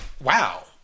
Wow